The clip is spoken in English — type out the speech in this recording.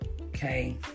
okay